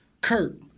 Kurt